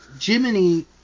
Jiminy